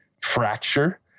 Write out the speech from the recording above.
Fracture